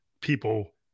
people